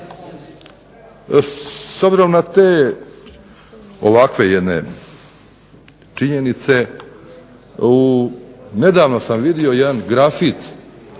S obzirom na te ovakve jedne činjenice nedavno sam vidio jedan grafit